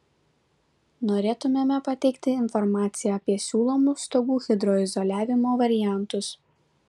norėtumėme pateikti informaciją apie siūlomus stogų hidroizoliavimo variantus